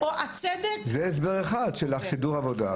זה הסבר אחד שלך סידור עבודה,